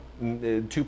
two